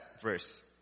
verse